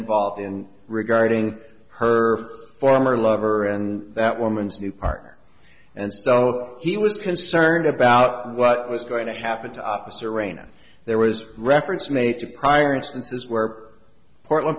involved and regarding her former lover and that woman's new partner and so he was concerned about what was going to happen to officer raina there was reference made to prior instances where portland